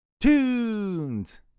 tunes